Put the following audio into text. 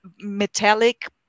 metallic